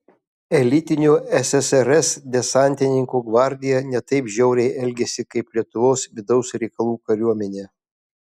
elitinių ssrs desantininkų gvardija ne taip žiauriai elgėsi kaip lietuvos vidaus reikalų kariuomenė